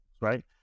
right